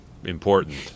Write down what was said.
important